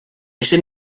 ese